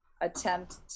attempt